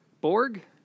Borg